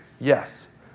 yes